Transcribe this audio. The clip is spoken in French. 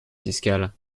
fiscales